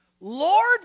Lord